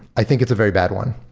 i think it's a very bad one,